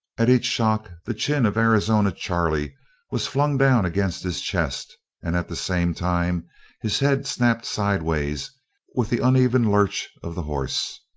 at each shock the chin of arizona charley was flung down against his chest and at the same time his head snapped sideways with the uneven lurch of the horse.